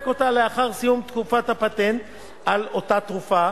אותה לאחר סיום תקופת הפטנט על אותה תרופה.